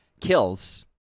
kills